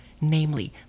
namely